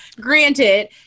Granted